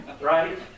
right